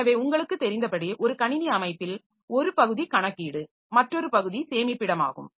எனவே உங்களுக்குத் தெரிந்தபடி ஒரு கணினி அமைப்பில் ஒரு பகுதி கணக்கீடு மற்றொரு பகுதி சேமிப்பிடமாகும்